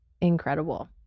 incredible